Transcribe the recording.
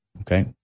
Okay